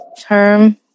Term